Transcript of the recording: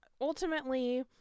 ultimately